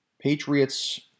Patriots